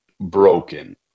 broken